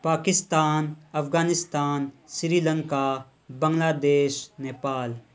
Pakistan Afghanistan Sri Lanka Bangladesh Nepal